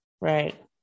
Right